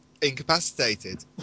Incapacitated